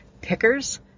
Pickers